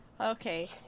Okay